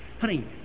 Honey